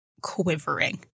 quivering